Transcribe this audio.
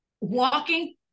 walking